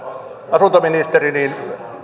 asuntoministeri